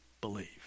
believe